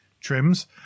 trims